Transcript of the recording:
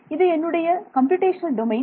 இது என்னுடைய computational domain